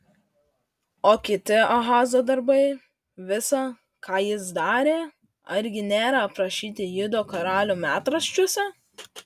o kiti ahazo darbai visa ką jis darė argi nėra aprašyti judo karalių metraščiuose